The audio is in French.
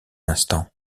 instant